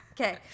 okay